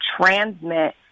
transmit